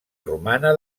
romana